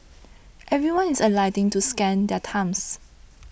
everyone is alighting to scan their thumbs